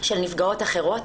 של נפגעות אחרות.